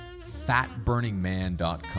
FatBurningMan.com